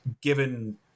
given